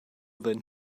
than